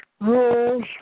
rules